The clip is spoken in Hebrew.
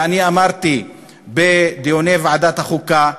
ואני אמרתי בדיוני ועדת החוקה,